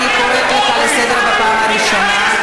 אני קוראת אותך לסדר פעם ראשונה.